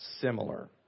similar